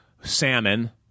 salmon